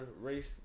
race